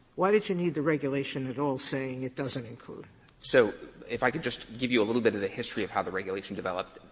why did you need the regulation at all saying it doesn't include? fletcher so if i could just give you a little bit of the history of how the regulation developed.